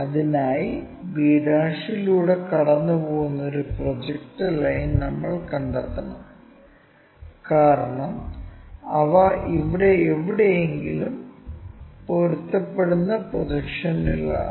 അതിനായി b' ലൂടെ കടന്നുപോകുന്ന ഒരു പ്രൊജക്ടർ ലൈൻ നമ്മൾ കണ്ടെത്തണം കാരണം അവ ഇവിടെ എവിടെയെങ്കിലും പൊരുത്തപ്പെടുന്ന പ്രൊജക്ഷനുകളാണ്